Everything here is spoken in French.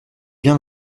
bien